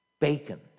Bacon